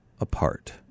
apart